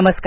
नमस्कार